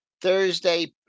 Thursday